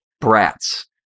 brats